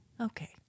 Okay